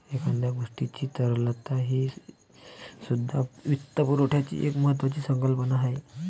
एखाद्या गोष्टीची तरलता हीसुद्धा वित्तपुरवठ्याची एक महत्त्वाची संकल्पना आहे